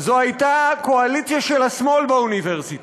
זו הייתה קואליציה של השמאל באוניברסיטה,